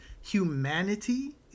Humanity